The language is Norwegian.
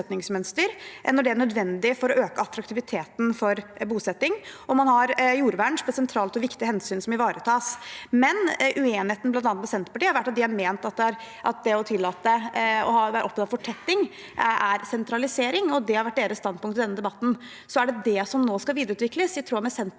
når det er nødvendig for å øke attraktiviteten for bosetting, og man har jordvern som et sentralt og viktig hensyn som ivaretas. Blant annet Senterpartiet har vært uenig i å tillate dette og har vært opptatt av at fortetting er sentralisering. Det har vært deres standpunkt i denne debatten. Er det det som nå skal videreutvikles, i tråd med Senterpartiets